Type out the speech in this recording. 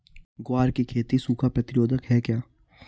ग्वार की खेती सूखा प्रतीरोधक है क्या?